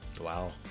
Wow